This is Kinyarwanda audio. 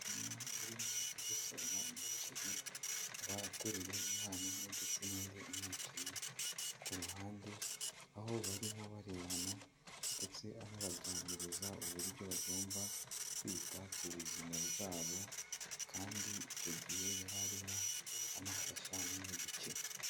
Umumama urimo agosora umuceri akaba ateruye umwana umwe ndetse n'undi wicaye, ku ruhande aho barimo barebana ndetse anabaganiriza uburyo bagomba kwita ku buzima bwabo kandi icyo gihe yarimo anafasha bamwe gukina.